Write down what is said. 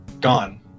gone